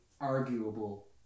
arguable